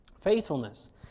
Faithfulness